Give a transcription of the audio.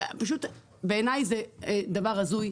בעיני זה דבר הזוי.